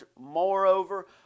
Moreover